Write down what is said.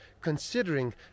considering